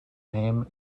name